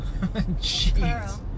Jeez